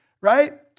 right